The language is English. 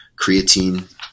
creatine